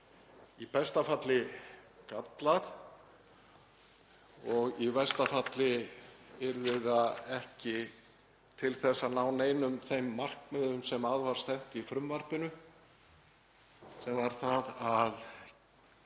í besta falli gallað og í versta falli yrði það ekki til að ná neinum þeim markmiðum sem að var stefnt í frumvarpinu, sem voru að